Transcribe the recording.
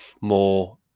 more